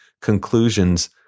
conclusions